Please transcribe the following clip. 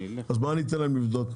ניתן להם לבדוק.